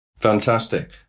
Fantastic